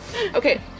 Okay